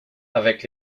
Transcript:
avec